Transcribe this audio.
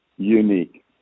Unique